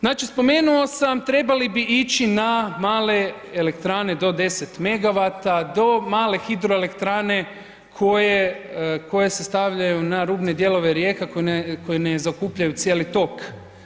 Znači spomenuo sam trebali bi ići na male elektrane do 10 MW do male HE koje se stavljaju na rubne dijelove rijeka koje ne zaokupljaju cijeli tok.